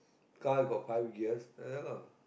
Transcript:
car got five gears ya lah